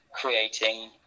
creating